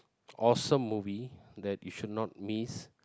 awesome movie that you should not miss